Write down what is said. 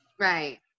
right